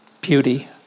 beauty